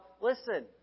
listen